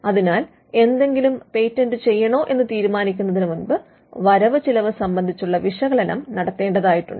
അതിനാൽ എന്തെങ്കിലും പേറ്റന്റ് ചെയ്യണോ എന്ന് തീരുമാനിക്കുന്നതിന് മുമ്പ് വരവ് ചിലവ് സംബന്ധിച്ചുള്ള വിശകലനം നടത്തേണ്ടതായിട്ടുണ്ട്